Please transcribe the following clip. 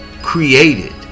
Created